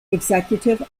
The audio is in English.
executive